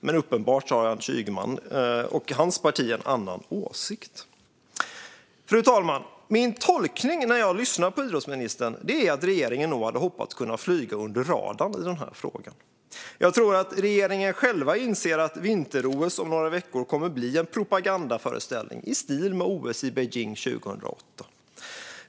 Men uppenbart har Anders Ygeman och hans parti en annan åsikt. Fru talman! När jag lyssnar idrottsministern blir min tolkning att regeringen hade hoppats kunna flyga under radarn i den här frågan. Jag tror att regeringen själv inser att vinter-OS om några veckor kommer att bli en propagandaföreställning i stil med OS i Beijing 2008.